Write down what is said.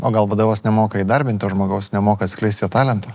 o gal vadovas nemoka įdarbint to žmogaus nemoka atskleist jo talento